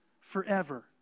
forever